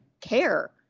care